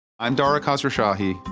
i'm dara khosrowshahi,